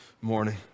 morning